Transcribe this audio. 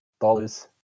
dollars